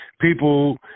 people